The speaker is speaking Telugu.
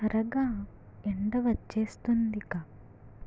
త్వరగా ఎండవచ్చేస్తుందిక